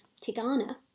Tigana